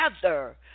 together